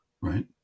right